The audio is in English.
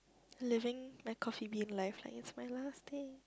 living my Coffee Bean life like it's my last day